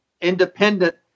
independent